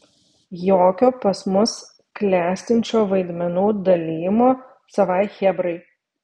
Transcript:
jokio pas mus klestinčio vaidmenų dalijimo savai chebrai